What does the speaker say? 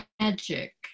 magic